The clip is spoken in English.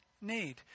need